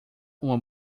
uma